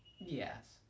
yes